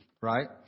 right